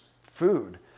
food